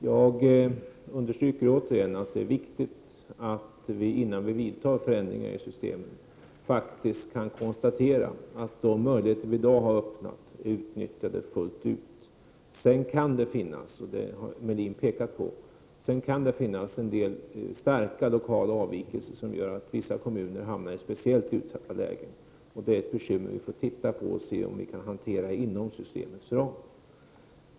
Jag understryker återigen att det är viktigt att vi innan vi vidtar förändringar i systemet kan konstatera att de möjligheter vi i dag har öppnat är utnyttjade fullt ut. Det kan finnas en del starka lokala avvikelser, som gör att vissa kommuner hamnar i speciellt utsatta lägen. Det har också Ulf Melin pekat på. Detta är ett bekymmer som vi får studera och se om vi kan hantera inom systemets ram.